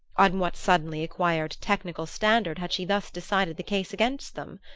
on what suddenly acquired technical standard had she thus decided the case against them?